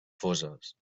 foses